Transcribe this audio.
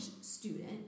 student